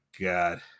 god